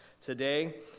today